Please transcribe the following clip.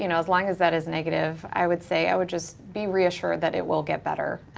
you know as long as that is negative, i would say, i would just be reassured that it will get better.